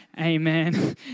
Amen